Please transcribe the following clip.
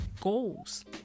goals